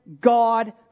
God